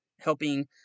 helping